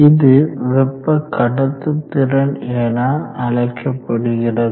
இது வெப்ப கடத்துத்திறன் என அழைக்கப்படுகிறது